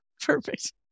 Perfect